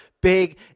big